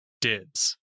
dibs